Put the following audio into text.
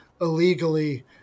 illegally